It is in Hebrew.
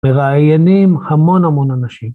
‫מראיינים המון המון אנשים.